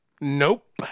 Nope